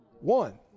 one